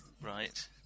Right